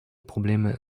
probleme